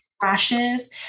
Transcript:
crashes